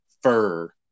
fur